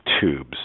tubes